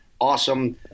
awesome